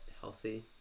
healthy